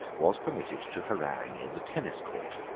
was permitted to harangue in the tennis court,